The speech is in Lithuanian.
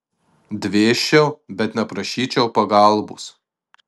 dvėsčiau bet neprašyčiau pagalbos